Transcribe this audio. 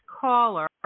caller